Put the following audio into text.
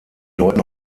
deuten